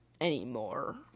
anymore